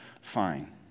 fine